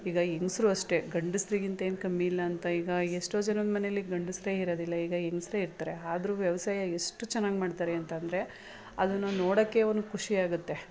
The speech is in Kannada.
ಈಗ ಹೆಂಗ್ಸ್ರೂ ಅಷ್ಟೇ ಗಂಡಸರಿಗಿಂತ ಏನು ಕಮ್ಮಿಯಿಲ್ಲ ಅಂತ ಈಗ ಎಷ್ಟೋ ಜನರ ಮನೆಯಲ್ಲಿ ಗಂಡಸರೇ ಇರೋದಿಲ್ಲಈಗ ಹೆಂಗಸ್ರೇ ಇರ್ತಾರೆ ಆದ್ರೂ ವ್ಯವಸಾಯ ಎಷ್ಟು ಚೆನ್ನಾಗಿ ಮಾಡ್ತಾರೆ ಅಂತ ಅಂದ್ರೆ ಅದನ್ನು ನೋಡೋಕ್ಕೆ ಒಂದು ಖುಷಿಯಾಗುತ್ತೆ